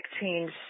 change